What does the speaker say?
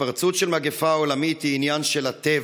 התפרצות של מגפה עולמית היא עניין של הטבע,